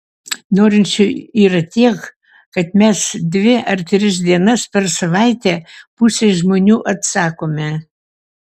norinčių yra tiek kad mes dvi ar tris dienas per savaitę pusei žmonių atsakome